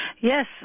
Yes